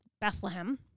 Bethlehem